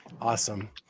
Awesome